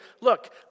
look